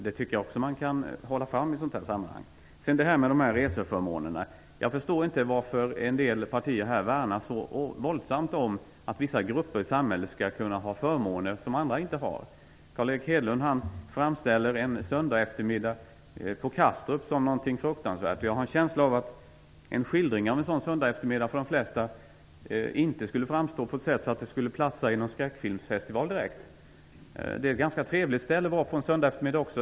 Det tycker jag att man kan framhålla i det här sammanhanget. Angående reseförmånerna: Jag förstår inte varför en del partier så våldsamt värnar vissa grupper i samhället och vill att de skall kunna ha förmåner som andra inte har. Carl Erik Hedlund framställer en söndag eftermiddag på Kastrup som någonting fruktansvärt. Jag har en känsla av att en sådan söndag eftermiddag för de flesta kanske inte skulle framstå som någonting som skulle platsa i någon skräckfilmsfestival direkt. Det är ett ganska trevligt ställe att vara på en söndag eftermiddag.